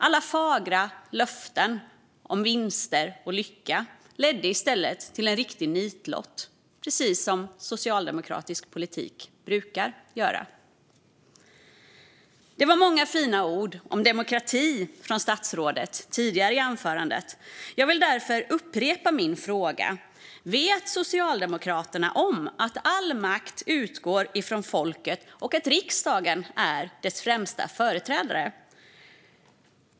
Alla fagra löften om vinster och lycka ledde i stället till en riktig nitlott, precis som socialdemokratisk politik brukar göra. Det var många fina ord om demokrati från statsrådet tidigare i anförandet. Jag vill därför upprepa min fråga: Vet Socialdemokraterna om att all makt utgår från folket och att riksdagen är dess främsta företrädare?